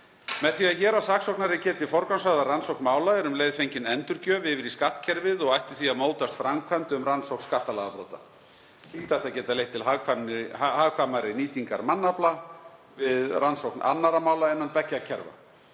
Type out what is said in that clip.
Með því að héraðssaksóknari geti forgangsraðað rannsókn mála er um leið fengin endurgjöf yfir í skattkerfið og ætti því að mótast framkvæmd um rannsókn skattalagabrota. Slíkt ætti að geta leitt til hagkvæmari nýtingar mannafla við rannsókn annarra mála innan beggja kerfa.